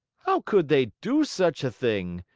how could they do such a thing?